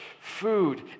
food